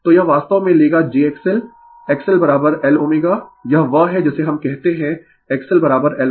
तो यह वास्तव में लेगा jXLXLLω यह वह है जिसे हम कहते है XL Lω